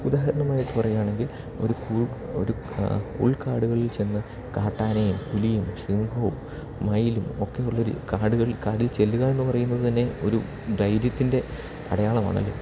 ഉദാഹരണമായിട്ട് പറയുക ആണെങ്കിൽ ഒരു കൂ ഒരു ഉൾക്കാടുകളിൽ ചെന്ന് കാട്ടാനേം പുലിയും സിംഹോം മയിലും ഒക്കെ ഉള്ളൊരു കാടുകൾ കാട്ടിൽ ചെല്ലുക എന്ന് പറയുന്നത് തന്നെ ഒരു ധൈര്യത്തിൻ്റെ അടയാളമാണ് ഇത്